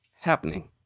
happening